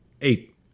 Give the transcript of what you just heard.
Eight